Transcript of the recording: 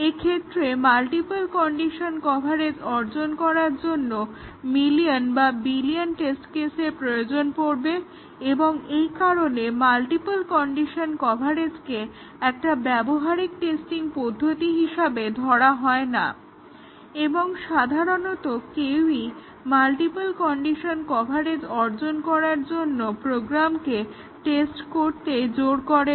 এক্ষেত্রে multiple condition coverage অর্জন করার জন্য মিলিয়ন বা বিলিয়ন টেস্ট কেসের প্রয়োজন পড়বে এবং এই কারণে মাল্টিপল কন্ডিশন কভারেজকে একটা ব্যবহারিক টেস্টিং পদ্ধতি হিসেবে ধরা হয় না এবং সাধারণত কেউই মাল্টিপল কন্ডিশন কভারেজ অর্জন করার জন্য প্রোগ্রামকে টেস্ট করতে জোর করে না